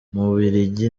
ububiligi